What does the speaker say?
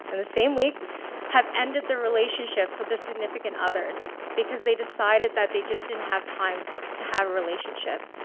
and the same week have ended their relationships with their significant others because they decided that they just didn't have time to have a relationship.